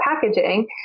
packaging